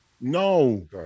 No